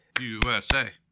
USA